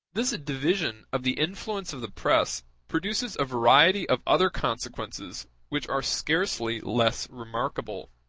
this division of the influence of the press produces a variety of other consequences which are scarcely less remarkable.